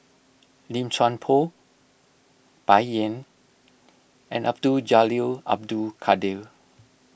Lim Chuan Poh Bai Yan and Abdul Jalil Abdul Kadir